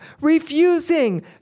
refusing